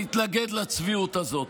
להתנגד לצביעות הזאת.